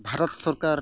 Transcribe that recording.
ᱵᱷᱟᱨᱚᱛ ᱥᱚᱨᱠᱟᱨ